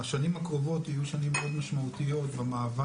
השנים הקרובות יהיו שנים מאוד משמעותיות במעבר